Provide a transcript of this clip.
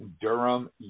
Durham